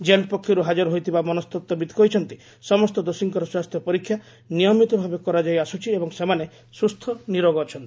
jail ପକ୍ଷରୁ ହାଜର ହୋଇଥିବା ମନସ୍ତତ୍ୱବିତ୍ କହିଛନ୍ତି ସମସ୍ତ ଦୋଷୀଙ୍କର ସ୍ୱାସ୍ଥ୍ୟ ପରୀକ୍ଷା ନିୟମିତଭାବେ କରାଯାଇଆସୁଛି ଏବଂ ସେମାନେ ସୁସ୍ଥ ନିରୋଗ ଅଛନ୍ତି